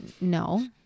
No